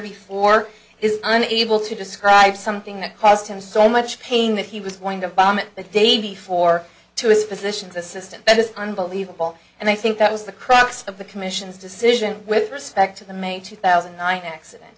before is unable to describe something that caused him so much pain that he was going to vomit the day before to his physician's assistant that is unbelievable and i think that was the crux of the commission's decision with respect to the may two thousand and nine accident